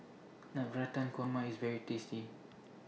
Navratan Korma IS very tasty